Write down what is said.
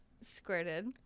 squirted